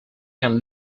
can